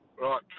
Right